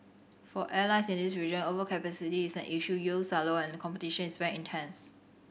for airlines in this region overcapacity is an issue yields are low and competition is very intense